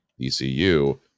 ECU